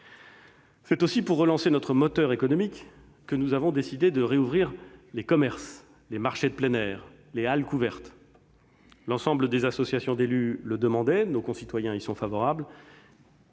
C'est aussi pour relancer notre moteur économique que nous avons décidé de rouvrir les commerces, les marchés de plein air, les halles couvertes. L'ensemble des associations d'élus le demandaient, nos concitoyens y sont favorables